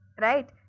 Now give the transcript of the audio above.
Right